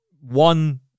One